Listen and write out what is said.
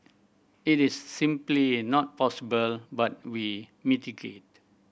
it is simply not possible but we mitigate